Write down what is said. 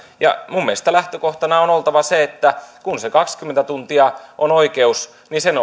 minun mielestäni lähtökohtana on oltava se että kun se kaksikymmentä tuntia on oikeus niin sen